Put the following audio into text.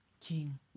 King